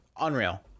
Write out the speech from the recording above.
unreal